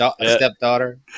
stepdaughter